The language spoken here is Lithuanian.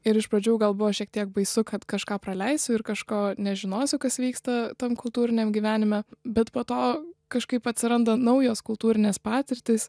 ir iš pradžių gal buvo šiek tiek baisu kad kažką praleisiu ir kažko nežinosiu kas vyksta tam kultūriniam gyvenime bet po to kažkaip atsiranda naujos kultūrinės patirtys